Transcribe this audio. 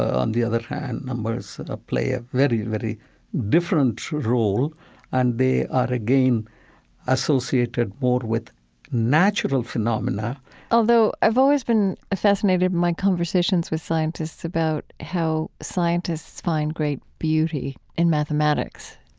on the other hand, numbers ah play a very, very different role and they are again associated more with natural phenomena although i've always been ah fascinated in my conversations with scientists about how scientists find great beauty in mathematics